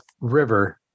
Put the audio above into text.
river